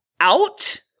out